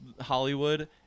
Hollywood